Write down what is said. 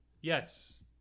Yes